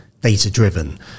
data-driven